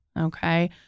okay